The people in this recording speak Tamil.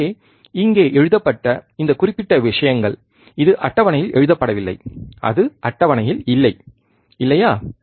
எனவே இங்கே எழுதப்பட்ட இந்த குறிப்பிட்ட விஷயங்கள் இது அட்டவணையில் எழுதப்படவில்லை அது அட்டவணையில் இல்லை இல்லையா